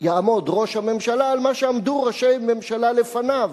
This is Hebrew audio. יעמוד ראש הממשלה על מה שעמדו ראשי ממשלה לפניו,